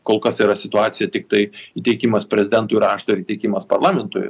kol kas yra situacija tiktai įteikimas prezidentui rašto ir įteikimas parlamentui